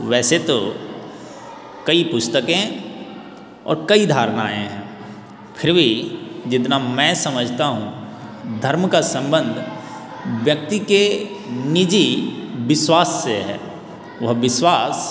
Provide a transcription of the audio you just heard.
वैसे तो कई पुस्तकें और कई धारणाएँ हैं फिर भी जितना मैं समझता हूँ धर्म का सम्बंध व्यक्ति के निजी विश्वास से है वह विश्वास